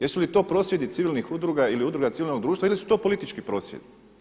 Jesu li to prosvjedi civilnih udruga ili udruga civilnog društva ili su to politički prosvjedi?